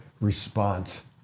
response